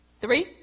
Three